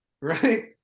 Right